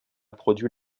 produit